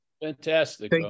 Fantastic